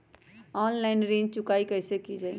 Online ऋण चुकाई कईसे की ञाई?